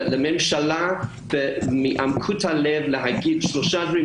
לממשלה, מעומק הלב ואומר שאלה צריכים